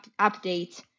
update